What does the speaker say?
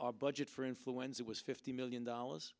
our budget for influenza was fifty million dollars